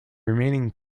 remaining